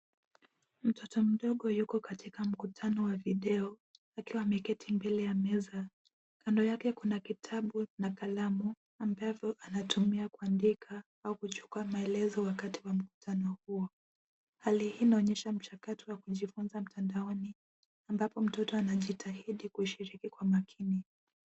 Mtoto mdogo yuko katika mkutano wa video akiwa ameketi mbele ya meza kando yake kuna kitabu na kalamu ambavyo anatumia kuandika au kuchukua maelezo wakati wa mkutano huo. Hali hii inaonyesha mchakato wa kujifunza mtandaoni ambapo mtoto anajitahidi kushiriki kwa makini.